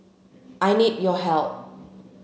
I need your help